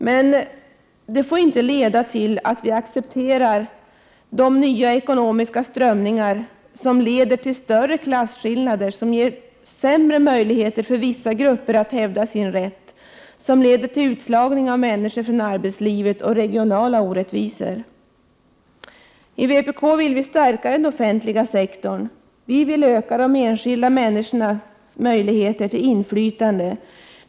Men det får inte leda till att vi accepterar de nya ekonomiska strömningar som leder till större klasskillnader, som ger sämre möjligheter för vissa grupper att hävda sin rätt, som leder till utslagning av människor från arbetslivet och regionala orättvisor. I vpk vill vi stärka den offentliga sektorn. Vi vill öka de enskilda människornas igheter till inflytande.